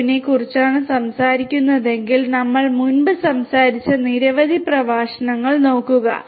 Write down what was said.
0 നെക്കുറിച്ചാണ് സംസാരിക്കുന്നതെങ്കിൽ നമ്മൾ മുമ്പ് സംസാരിച്ച നിരവധി പ്രഭാഷണങ്ങൾ നോക്കുക